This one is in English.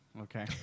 Okay